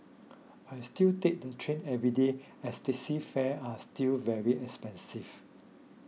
I still take the train every day as taxi fare are still very expensive